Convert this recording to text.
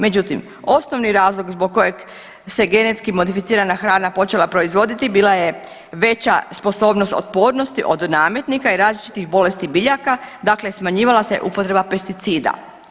Međutim, osnovni razlog zbog kojeg se genetski modificirana hrana počela proizvoditi bila je veća sposobnost otpornosti od nametnika i različitih bolesti biljaka, dakle smanjivala se upotreba pesticida.